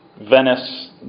Venice